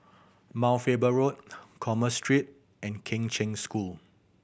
Mount Faber Road Commerce Street and Kheng Cheng School